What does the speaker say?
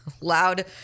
loud